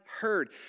heard